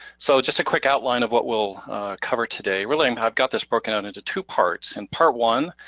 so just a quick outline of what we'll cover today. really i've got this broken out into two parts. in part one,